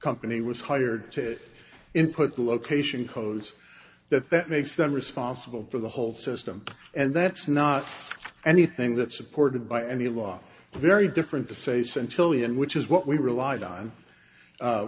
company was hired to input the location codes that that makes them responsible for the whole system and that's not anything that supported by any law very different to say send chilian which is what we relied on